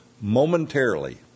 momentarily